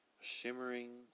shimmering